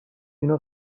اینو